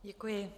Děkuji.